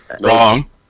wrong